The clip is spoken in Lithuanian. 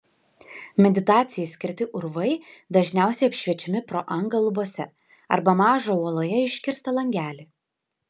meditacijai skirti urvai dažniausiai apšviečiami pro angą lubose arba mažą uoloje iškirstą langelį